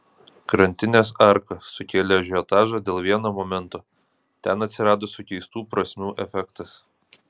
krantinės arka sukėlė ažiotažą dėl vieno momento ten atsirado sukeistų prasmių efektas